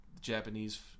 Japanese